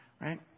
right